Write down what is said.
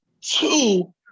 Two